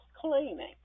cleaning